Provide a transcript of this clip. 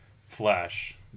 flash